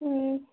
ꯎꯝ